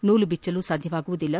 ನೂಲು ಬಿಚ್ಚಲು ಸಾಧ್ಯವಾಗುವುದಿಲ್ಲ